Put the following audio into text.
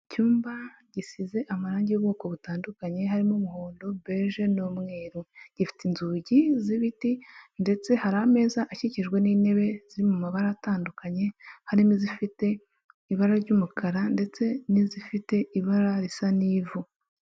Icyumba gisize amarangi y'ubwoko butandukanye harimo umuhondo, beje n'umweru gifite inzugi z'ibiti ndetse hari ameza akikijwe n'intebe ziri mu mabara atandukanye, harimo izifite ibara ry'umukara ndetse n'izifite ibara risa n'ivu.